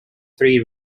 three